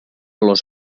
los